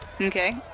Okay